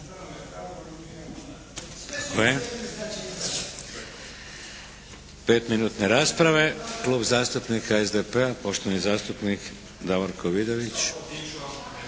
5-minutne rasprave. Klub zastupnika SDP-a, poštovani zastupnik Davorko Vidović.